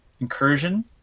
Incursion